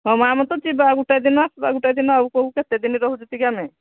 ହଁ ମା ଆମ ତ ଯିବା ଗୋଟେ ଦିନ ଆସବା ଗୋଟେ ଦିନ ଆଉ କେଉଁ କେତେ ଦିନ ରହୁଛନ୍ତି କି ଆମେ